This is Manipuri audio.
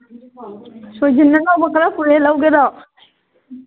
ꯈꯔ ꯄꯨꯔꯛꯑꯦ ꯂꯧꯒꯦꯔꯣ